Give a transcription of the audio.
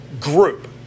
group